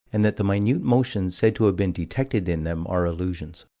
and that the minute motions said to have been detected in them are illusions.